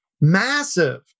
massive